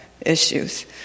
issues